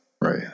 Right